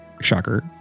shocker